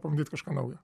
pabandyt kažką naujo